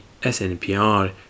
SNPR